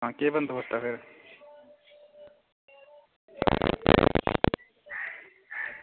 आं केह् बंदोबस्त ऐ